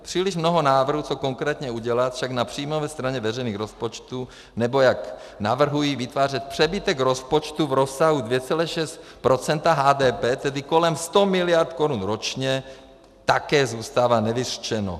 Příliš mnoho návrhů, co konkrétně udělat, však na příjmové straně veřejných rozpočtů, nebo jak navrhují vytvářet přebytek rozpočtu v rozsahu 2, 6 % HDP, tedy kolem 100 miliard korun ročně, také zůstává nevyřčeno.